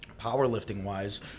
powerlifting-wise